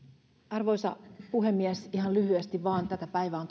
arvoisa puhemies ihan lyhyesti vain tätä päivää on